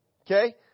Okay